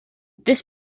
this